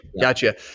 Gotcha